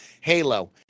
halo